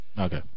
Okay